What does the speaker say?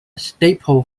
staple